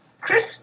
Chris